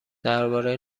درباره